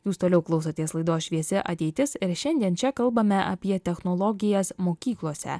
jūs toliau klausotės laidos šviesi ateitis ir šiandien čia kalbame apie technologijas mokyklose